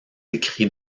écrits